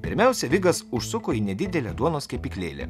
pirmiausia vigas užsuko į nedidelę duonos kepyklėlę